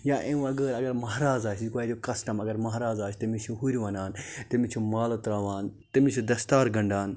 یا امہِ وَغٲر اَگَر مَہراز آسہِ یہِ گوٚو اتیُک کَسٹم اَگَر مَہراز آسہِ تٔمِس چھِ ہُرۍ وَنان تٔمِس چھِ مالہٕ ترٛاوان تٔمِس چھِ دَستار گَنڑان